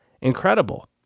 Incredible